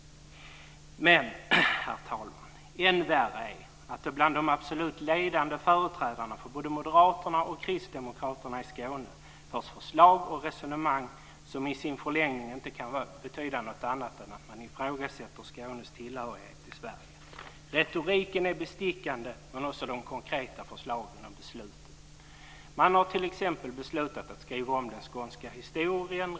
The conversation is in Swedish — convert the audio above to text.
Än värre är att det bland de absolut ledande företrädarna för både Moderaterna och Kristdemokraterna i Skåne förs fram förslag och resonemang som i sin förlängning inte kan betyda någonting annat än att man ifrågasätter Skånes tillhörighet till Sverige. Retoriken och också de konkreta förslagen och besluten är bestickande. Man har t.ex. beslutat att skriva om den skånska historien.